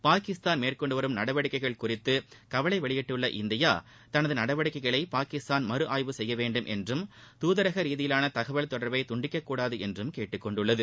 பாகிஸ்தான் மேற்கொண்டு வரும் நடவடிக்கை குறித்து கவலை வெளியிட்டுள்ள இந்தியா தனது நடவடிக்கைகளை பாகிஸ்தான் மறு ஆய்வு செய்யவேண்டும் என்றும் துதரக ரீதியிலான தகவல் தொடர்பை துண்டிக்கக்கூடாது என்றும் கேட்டுக்கொண்டுள்ளது